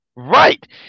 Right